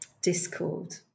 discord